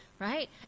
right